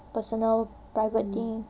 personal private thing